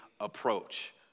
approach